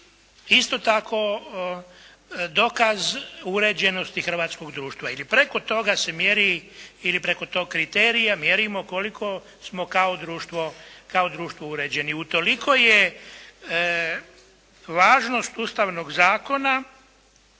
isto tako dokaz uređenosti hrvatskog društva, jer i preko toga se mjeri ili preko tog kriterija mjerimo koliko smo kao društvo uređeni. Utoliko je važnost ustavnog zakona,